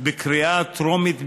בקריאה טרומית בלבד.